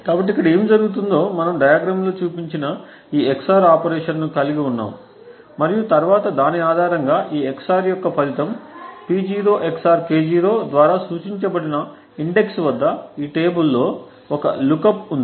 కాబట్టి ఇక్కడ ఏమి జరుగుతుందో మనం డయాగ్రమ్లో చూపించిన ఈ XOR ఆపరేషన్లను కలిగి ఉన్నాము మరియు తరువాత దాని ఆధారంగా ఈ XOR యొక్క ఫలితం P0 XOR K0 ద్వారా సూచించబడిన ఇండెక్స్ వద్ద ఈ టేబుల్లో ఒక లుక్అప్ ఉంది